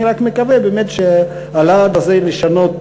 אני רק מקווה באמת שהלהט הזה לשנות